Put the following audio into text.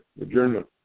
adjournment